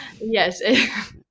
yes